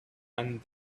and